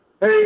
Hey